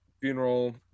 funeral